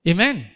Amen